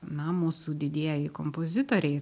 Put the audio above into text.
na mūsų didieji kompozitoriai